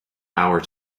hour